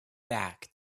back